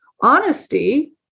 honesty